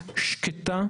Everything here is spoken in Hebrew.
כקונטקסט,